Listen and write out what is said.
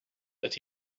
but